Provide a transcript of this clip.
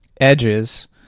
edges